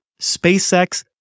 SpaceX